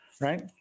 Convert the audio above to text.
right